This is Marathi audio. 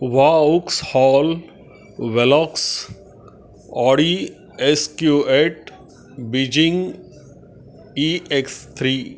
Vauxhall Velox Audi S Q eight Beijing E X three